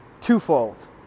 twofold